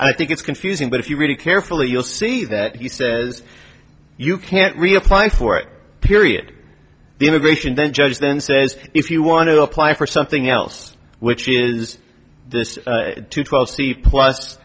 i think it's confusing but if you read it carefully you'll see that he says you can't reapply for it period the immigration then judge then says if you want to apply for something else which is this twelve c plus